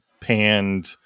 panned